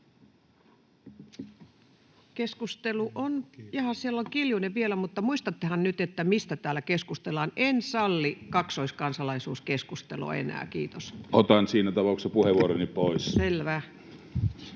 Keskustelu on... Jaaha, siellä on Kiljunen vielä, mutta muistattehan nyt, mistä täällä keskustellaan. En salli kaksoiskansalaisuuskeskustelua enää, kiitos. [Kimmo Kiljunen: Otan siinä tapauksessa puheenvuoroni pois.] — Selvä.